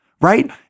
right